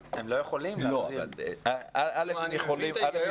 הם לא יכולים להחזיר --- הם יכולים.